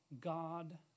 God